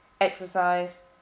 exercise